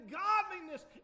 godliness